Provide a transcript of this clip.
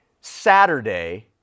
Saturday